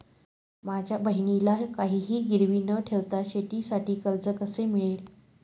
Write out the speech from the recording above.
माझ्या बहिणीला काहिही गिरवी न ठेवता शेतीसाठी कर्ज कसे मिळेल?